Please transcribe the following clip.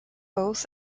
both